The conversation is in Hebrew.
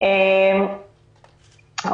זה נשמע לא טוב...